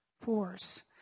force